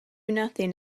nothing